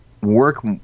work